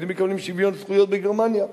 מקבלים שוויון זכויות בגרמניה.